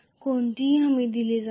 कोणतीही हमी नाही